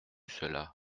cela